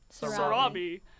sarabi